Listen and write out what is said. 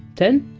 ten?